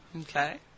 Okay